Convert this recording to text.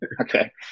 Okay